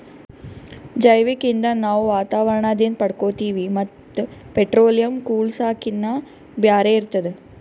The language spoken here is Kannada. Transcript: ಜೈವಿಕ್ ಇಂಧನ್ ನಾವ್ ವಾತಾವರಣದಿಂದ್ ಪಡ್ಕೋತೀವಿ ಮತ್ತ್ ಪೆಟ್ರೋಲಿಯಂ, ಕೂಳ್ಸಾಕಿನ್ನಾ ಬ್ಯಾರೆ ಇರ್ತದ